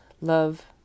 love